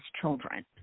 children